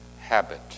habit